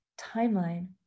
timeline